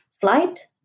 flight